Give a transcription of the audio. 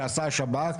שעשה שירות בתי הסוהר,